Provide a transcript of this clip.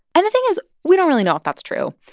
and the thing is we don't really know if that's true.